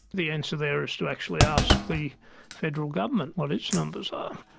the answer there is to actually ask the federal government what its numbers are.